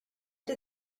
did